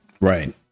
Right